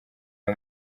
ayo